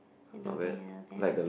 I don't think you know them